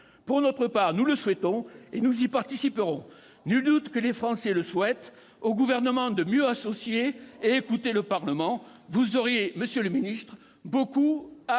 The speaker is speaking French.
Pour notre part, nous le souhaitons, et nous y participerons. Nul doute que les Français l'attendent. Au Gouvernement de mieux associer et écouter le Parlement. Vous auriez, monsieur le ministre, beaucoup à